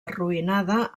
arruïnada